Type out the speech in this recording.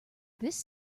this